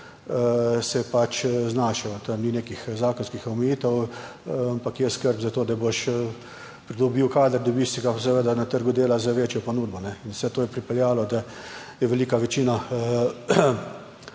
se pač znašel tam, ni nekih zakonskih omejitev, ampak je skrb za to, da boš pridobil kader, dobiš si ga seveda na trgu dela z večjo ponudbo. In vse to je pripeljalo, da je velika večina,